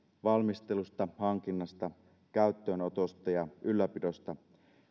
valmistelusta hankinnasta käyttöönotosta ja ylläpidosta